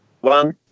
One